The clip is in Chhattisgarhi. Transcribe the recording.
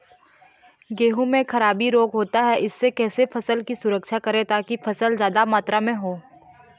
गेहूं म खराबी रोग होता इससे कैसे फसल की सुरक्षा करें ताकि फसल जादा मात्रा म हो?